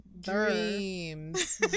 Dreams